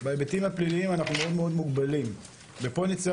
בהיבטים הפליליים אנחנו מאוד מאוד מוגבלים ופה נצטרך